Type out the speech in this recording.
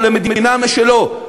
אבל מדינה משלו.